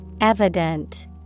Evident